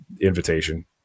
invitation